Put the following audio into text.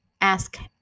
Ask